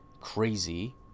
crazy